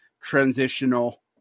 transitional